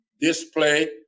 display